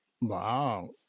Wow